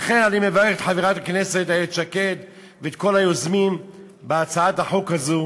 לכן אני מברך את חברת הכנסת איילת שקד ואת כל היוזמים בהצעת החוק הזו,